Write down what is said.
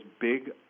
big